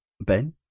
Ben